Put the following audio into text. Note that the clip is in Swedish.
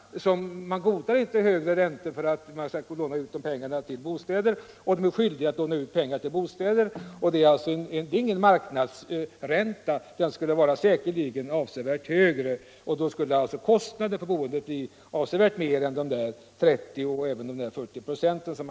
Högre räntor för bostadslån godtas inte, och långivarna är skyldiga att ge lån till bostäder. Det är alltså inte fråga om marknadsräntor. Sådana skulle säkert vara avsevärt högre, och därför skulle alltså räntekostnaderna öka med betydligt mer än 30 eller 40 96.